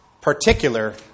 particular